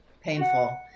painful